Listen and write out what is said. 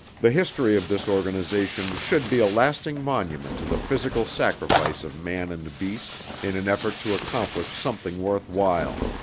the history of this organization should be a lasting monument to the physical sacrifice of man and beast in an effort to accomplish something worth while.